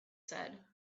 said